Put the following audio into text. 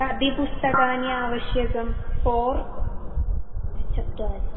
कति पुस्तकानि आवश्यकं फ़ोर् चत्वारि